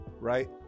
Right